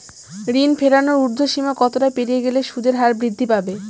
ঋণ ফেরানোর উর্ধ্বসীমা কতটা পেরিয়ে গেলে সুদের হার বৃদ্ধি পাবে?